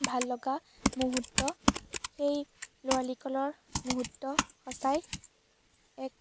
ভাললগা মুহূৰ্ত সেই ল'ৰালিকালৰ মুহূৰ্ত সঁচাই এক